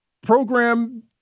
program